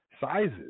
sizes